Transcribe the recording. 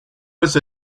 was